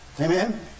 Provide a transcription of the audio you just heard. Amen